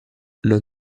non